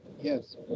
Yes